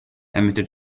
emitted